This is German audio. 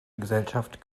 gesellschaft